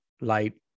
light